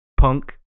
punk